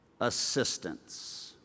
assistance